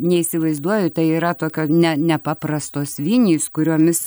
neįsivaizduoju tai yra tokio ne nepaprastos vinys kuriomis